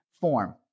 form